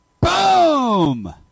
Boom